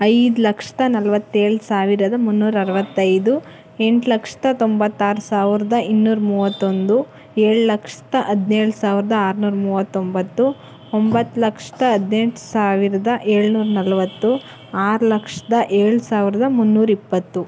ಐದು ಲಕ್ಷದ ನಲ್ವತ್ತೇಳು ಸಾವಿರದ ಮುನ್ನೂರ ಅರವತ್ತೈದು ಎಂಟು ಲಕ್ಷದ ತೊಂಬತ್ತಾರು ಸಾವಿರದ ಇನ್ನೂರ ಮೂವತ್ತೊಂದು ಏಳು ಲಕ್ಷದ ಹದ್ನೇಳು ಸಾವಿರದ ಆರ್ನೂರ ಮೂವತ್ತೊಂಬತ್ತು ಒಂಬತ್ತು ಲಕ್ಷದ ಹದ್ನೆಂಟು ಸಾವಿರದ ಏಳ್ನೂರ ನಲವತ್ತು ಆರು ಲಕ್ಷದ ಏಳು ಸಾವಿರದ ಮುನ್ನೂರಿಪ್ಪತ್ತು